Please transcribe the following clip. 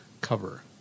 cover